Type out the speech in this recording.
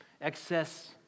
excess